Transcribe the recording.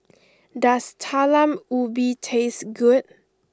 does Talam Ubi taste good